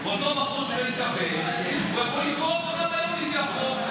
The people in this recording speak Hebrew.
אותו בחור שלא התקבל יכול לתבוע אותו גם היום לפי החוק,